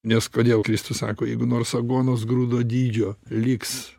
nes kodėl kristus sako jeigu nors aguonos grūdo dydžio liks